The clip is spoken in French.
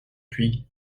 puig